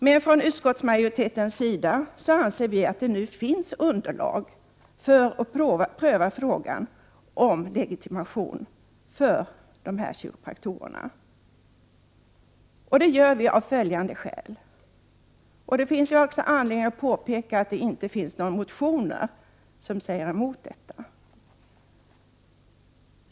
Men från utskottsmajoritetens sida anser vi — och det finns anledning påpeka att det inte finns några motioner som talar emot detta — att det nu finns underlag för att pröva frågan om legitimation för dessa kiropraktorer. Det gör vi av följande skäl.